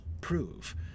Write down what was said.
prove